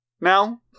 now